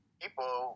people